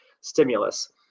stimulus